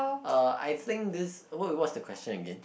uh I think this wait what's the question again